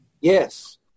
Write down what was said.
Yes